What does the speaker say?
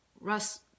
Russ